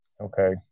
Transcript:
okay